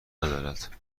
ندارد